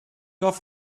off